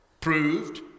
proved